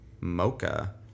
Mocha